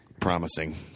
promising